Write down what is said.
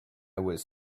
was